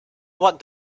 what